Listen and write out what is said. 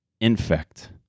infect